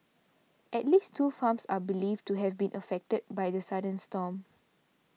at least two farms are believed to have been affected by the sudden storm